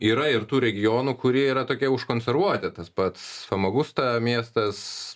yra ir tų regionų kurie yra tokie užkonservuoti tas pats famagusta miestas